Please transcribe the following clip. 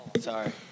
Sorry